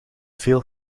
veel